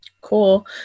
Cool